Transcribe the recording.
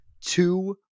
Two